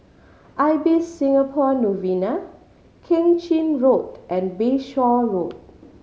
Ibis Singapore Novena Keng Chin Road and Bayshore Road